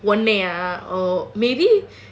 ஒன்னையா:onnaiyaa oh maybe